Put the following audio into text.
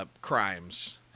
crimes